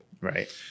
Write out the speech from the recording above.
right